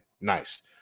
Nice